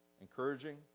encouraging